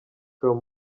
com